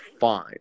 fine